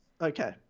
Okay